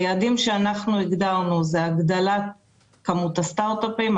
היעדים שאנחנו הגדרנו הם הגדלת כמות הסטרט-אפים,